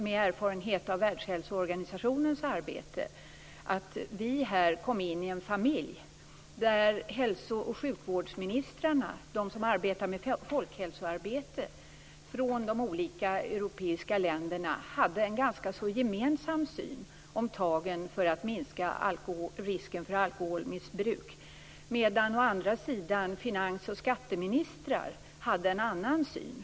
Med erfarenhet av Världshälsoorganisationens arbete såg jag att vi här kom in i en familj där hälso och sjukvårdsministrarna, de som arbetar med folkhälsoarbete, från de olika europeiska länderna hade en så gott som gemensam syn om tagen för att minska risken för alkoholmissbruk, medan å andra sidan finans och skatteministrarna hade en annan syn.